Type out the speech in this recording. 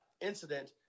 incident